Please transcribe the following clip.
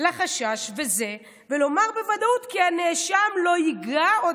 לחשש זה ולומר בוודאות כי הנאשם לא ייגע עוד